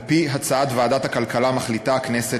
על-פי הצעת ועדת הכלכלה מחליטה הכנסת,